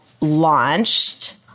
launched